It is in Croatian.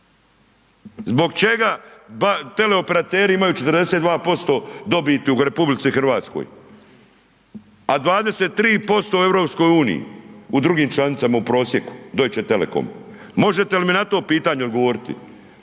Zbog čega teleoperateri imaju 42% dobiti u RH, a 23% u EU, u drugim članicama u prosjeku, Deutsche telekom? Možete li mi na to pitanje odgovoriti?